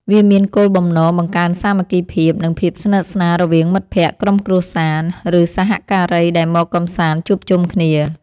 វាមានគោលបំណង បង្កើនសាមគ្គីភាព និងភាពស្និទ្ធស្នាលរវាងមិត្តភក្តិ ក្រុមគ្រួសារ ឬសហការីដែលមកកម្សាន្តជួបជុំគ្នា។